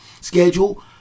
schedule